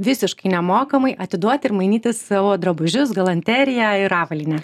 visiškai nemokamai atiduoti ir mainyti savo drabužius galanteriją ir avalynę